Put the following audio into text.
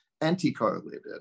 anti-correlated